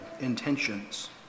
intentions